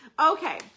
Okay